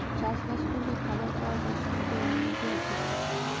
চাষ বাস করলে খাবার পাওয়া যায় সমাজের উন্নতি হতিছে